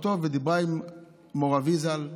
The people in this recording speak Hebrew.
אחותו ודיברה עם מו"ר אבי ז"ל,